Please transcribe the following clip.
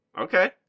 Okay